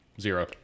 zero